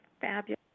fabulous